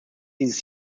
dieses